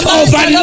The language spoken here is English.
over